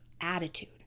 attitude